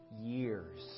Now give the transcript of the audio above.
years